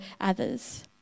others